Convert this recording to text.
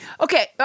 Okay